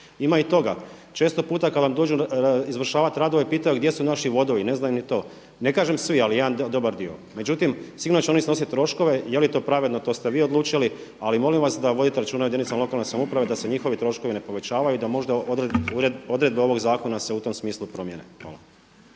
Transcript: Ima i toga. Često puta kad vam dođu izvršavati radove pitaju gdje su naši vodovi, ne znaju ni to. Ne kažem svi, ali jedan dobar dio. Međutim, sigurno će oni snositi troškove, je li to pravedno to ste vi odlučili, ali molim vas da vodite računa o jedinicama lokalne samouprave da se njihovi troškovi ne povećavaju, da možda odredbe ovog zakona se u tom smislu promijene. Hvala.